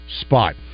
spot